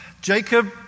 Jacob